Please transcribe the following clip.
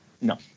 No